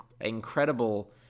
incredible